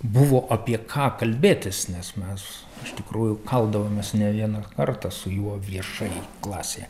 buvo apie ką kalbėtis nes mes iš tikrųjų kaldavomės ne vieną kartą su juo viešai klasėje